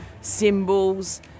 symbols